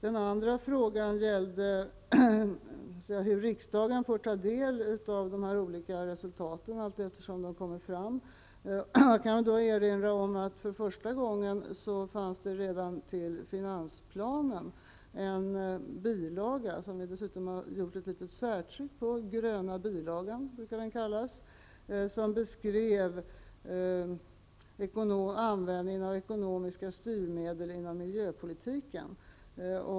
En annan fråga gällde hur riksdagen får ta del av de olika resultaten allteftersom de kommer fram. Jag kan då erinra om att det redan till finansplanen i år för första gången fanns en bilaga, som vi dessutom har gjort ett litet särtryck av -- gröna bilagan brukar den kallas -- och som beskrev användningen av ekonomiska styrmedel inom miljöpolitiken.